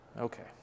Okay